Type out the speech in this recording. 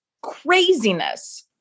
craziness